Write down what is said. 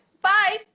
Bye